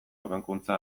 hobekuntza